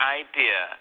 idea